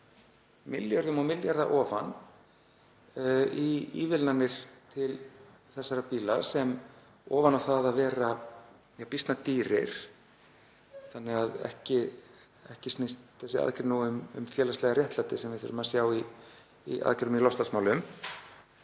milljörðum á milljarða ofan í ívilnanir til þessara bíla sem ofan á það að vera býsna dýrir — þannig að ekki snýst þessi aðgerð um félagslega réttlætið sem við þurfum að sjá í aðgerðum í loftslagsmálum